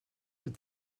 but